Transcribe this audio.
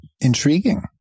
Intriguing